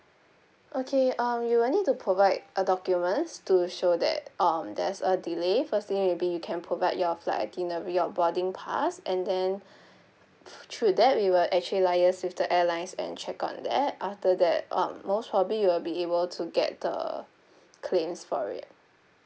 okay um you will need to provide uh documents to show that um there's a delay first thing maybe you can provide your flight itinerary or boarding pass and then through that we will actually liaise with the airlines and check on that after that um most probably you will be able to get the claims for it